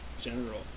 general